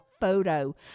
photo